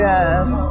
Yes